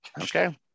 Okay